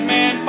Man